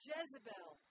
Jezebel